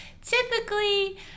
Typically